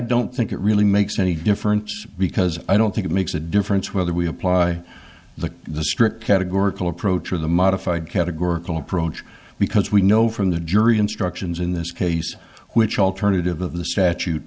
don't think it really makes any difference because i don't think it makes a difference whether we apply the strip categorical approach or the modified categorical approach because we know from the jury instructions in this case which alternative of the statute